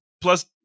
plus